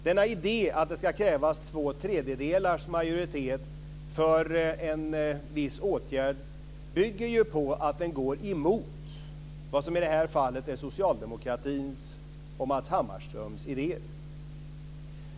Denna idé att det ska krävas två tredjedelars majoritet för en viss åtgärd bygger ju på att den går emot vad som i det här fallet är socialdemokratins och Matz Hammarströms idéer.